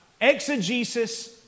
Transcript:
exegesis